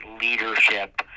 leadership